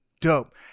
dope